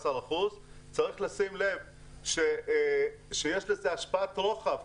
צריך לשים לב שיש לזה השפעת רוחב,